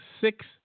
Six